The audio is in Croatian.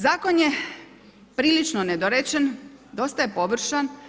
Zakon je prilično nedorečen, dosta je površan.